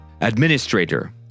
administrator